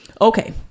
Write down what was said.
Okay